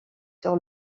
sur